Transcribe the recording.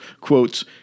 quotes